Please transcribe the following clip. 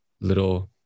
little